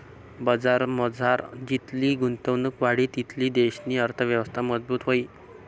बजारमझार जितली गुंतवणुक वाढी तितली देशनी अर्थयवस्था मजबूत व्हयी